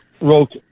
wrote